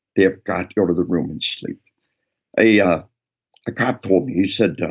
they have got to go to their room and sleep a yeah cop told me, he said,